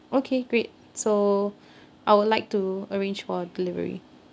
okay great so I would like to arrange for delivery